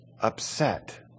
upset